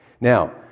Now